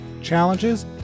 challenges